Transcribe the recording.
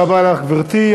תודה רבה לך, גברתי.